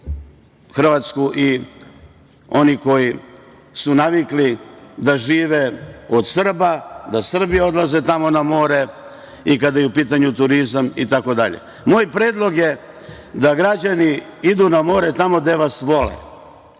Hrvatske i oni koji su navikli da žive od Srba, da Srbi odlaze tamo na more i kada je u pitanju turizam itd. Moj predlog je da građani idu na more tamo gde vas vole,